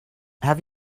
have